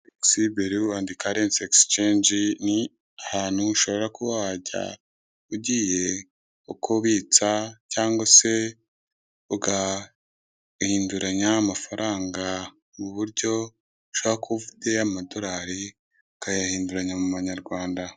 cyber walikare exchange ni ahantu ushobora kuba wajya ugiye kubitsa cyangwa se ugahinduranya amafaranga mu buryo ushobora kuba ufite amadorali ukayahinduranya mu manyarwanda